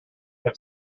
have